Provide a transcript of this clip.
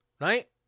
right